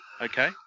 Okay